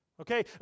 Okay